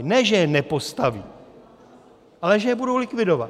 Ne že je nepostaví, ale že je budou likvidovat.